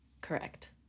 Correct